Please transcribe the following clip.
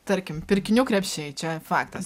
tarkim pirkinių krepšiai čia faktas